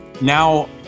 now